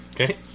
Okay